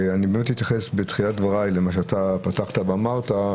אני אתייחס בתחילת דבריי למה שפתחת ואמרת,